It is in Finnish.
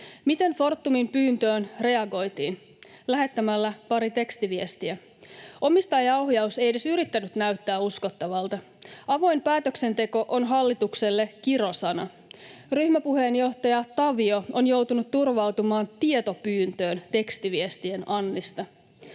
Miten Fortumin pyyntöön reagoitiin? Lähettämällä pari tekstiviestiä. Omistajaohjaus ei edes yrittänyt näyttää uskottavalta. Avoin päätöksenteko on hallitukselle kirosana. Ryhmäpuheenjohtaja Tavio on joutunut turvautumaan tietopyyntöön tekstiviestien annista.